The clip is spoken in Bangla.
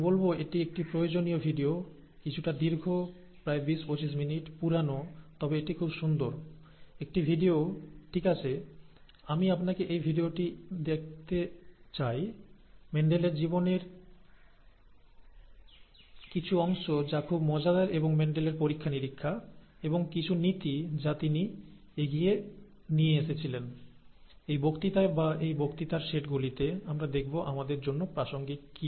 আমি বলব এটি একটি প্রয়োজনীয় ভিডিও কিছুটা দীর্ঘ প্রায় বিশ পঁচিশ মিনিট পুরানো তবে এটি খুব সুন্দর একটি ভিডিও ঠিক আছে আমি আপনাকে এই ভিডিওটি দেখতে চাই মেন্ডেলের জীবনের কিছু অংশ যা খুব মজাদার এবং মেন্ডেলের পরীক্ষা নিরীক্ষা এবং কিছু নীতি যা তিনি এগিয়ে নিয়ে এসেছিলেন এই বক্তৃতায় বা এই বক্তৃতার সেটগুলিতে আমরা দেখব আমাদের জন্য প্রাসঙ্গিক কি